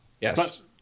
Yes